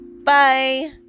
bye